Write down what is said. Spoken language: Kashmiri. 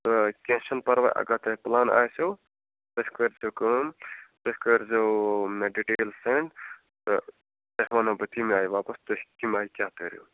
تہٕ کیٚنٛہہ چھُ نہٕ پرواے اَگر تۄہہِ پُلان آسٮ۪و تُہۍ کٔرۍزیٚو کٲم تُہۍ کٔرۍزیٚو مےٚ ڈِٹیل سینٛڈ تہٕ تۄہہِ ؤنہو بہٕ تَمہِ آیہِ واپس تُہۍ کَمہِ آیہِ کیٛاہ کٔرِو